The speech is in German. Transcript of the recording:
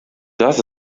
das